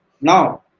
Now